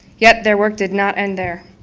yet, their work did not in there.